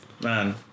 Man